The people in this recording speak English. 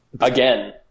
Again